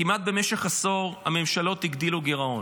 כמעט במשך עשור, הממשלות הגדילו גירעון.